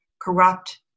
corrupt